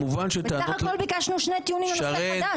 בסך הכול ביקשנו שני טיעונים לנושא חדש.